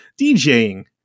DJing